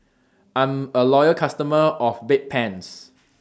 I'm A Loyal customer of Bedpans